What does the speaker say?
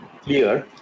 clear